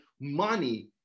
money